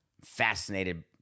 Fascinated